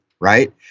right